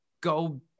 go